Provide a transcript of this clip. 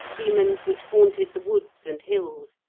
demons which haunted the woods and hills,